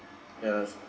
yes